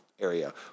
area